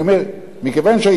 מכיוון שההסתייגות הזאת,